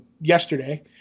yesterday